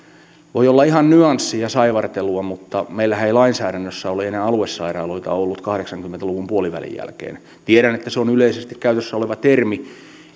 voi olla ihan nyanssi ja saivartelua mutta meillähän ei lainsäädännössä ole enää aluesairaaloita ollut kahdeksankymmentä luvun puolivälin jälkeen tiedän että se on yleisesti käytössä oleva termi